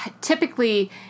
typically